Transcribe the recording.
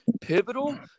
Pivotal